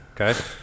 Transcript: okay